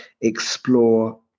explore